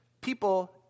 people